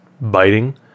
biting